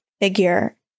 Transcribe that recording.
figure